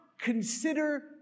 consider